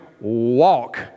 walk